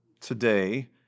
today